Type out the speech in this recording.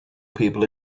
people